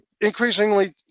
increasingly